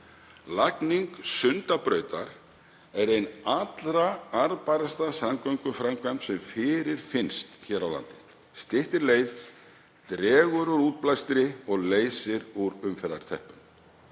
Lagning Sundabrautar er ein allra arðbærasta samgönguframkvæmd sem fyrirfinnst hér á landi. Styttri leið dregur úr útblæstri og leysir úr umferðarteppum.